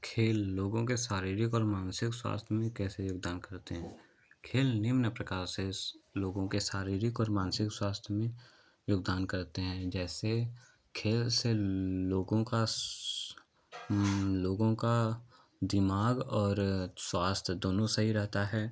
खेल लोगों के शारीरिक और मानसिक स्वास्थ्य में कैसे योगदान करते हैं खाली निम्न प्रकार से लोगों के शारीरिक और मानसिक स्वास्थ्य में योगदान करते हैं जैसे खेल से लोगों का लोगों का दिमाग और स्वास्थ्य दोनो सही रहता है